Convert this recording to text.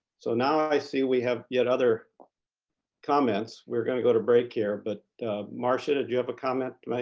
so now i see we have yet other comments. we're going to go to break here, but marsha, did you have a comment to make?